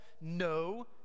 no